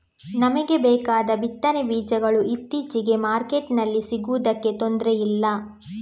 ನಮಿಗೆ ಬೇಕಾದ ಬಿತ್ತನೆ ಬೀಜಗಳು ಇತ್ತೀಚೆಗೆ ಮಾರ್ಕೆಟಿನಲ್ಲಿ ಸಿಗುದಕ್ಕೆ ತೊಂದ್ರೆ ಇಲ್ಲ